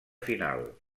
final